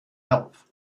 health